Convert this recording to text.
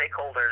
stakeholders